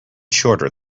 shorter